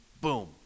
boom